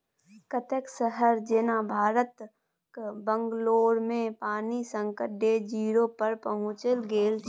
कतेको शहर जेना भारतक बंगलौरमे पानिक संकट डे जीरो पर पहुँचि गेल छै